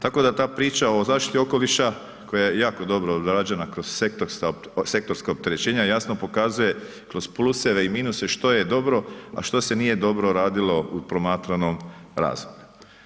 Tako da ta priča o zaštiti okoliša koja je jako dobro odrađena kroz sektorska opterećenja jasno pokazuje kroz pluseve i minuse što je dobro, a što se nije dobro radilo u promatranom razdoblju.